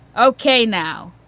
ok. now,